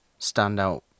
standout